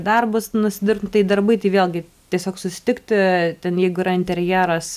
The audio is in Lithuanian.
darbus nusidirbt tai darbai tai vėlgi tiesiog susitikti ten jeigu yra interjeras